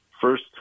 first